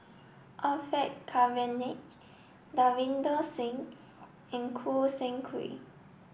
Orfeur Cavenagh Davinder Singh and Choo Seng Quee